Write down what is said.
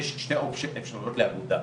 יש שתי אפשרויות לאגודה.